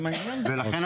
לכן,